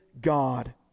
God